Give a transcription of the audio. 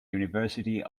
university